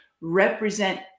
represent